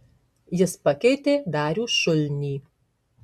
jis pakeitė darių šulnį